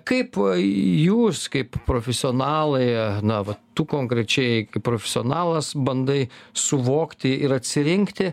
kaip jūs kaip profesionalai na va tu konkrečiai kaip profesionalas bandai suvokti ir atsirinkti